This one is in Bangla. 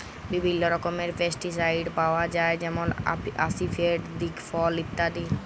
বিভিল্ল্য রকমের পেস্টিসাইড পাউয়া যায় যেমল আসিফেট, দিগফল ইত্যাদি